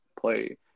play